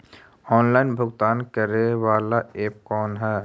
Online भुगतान करे बाला ऐप कौन है?